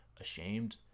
ashamed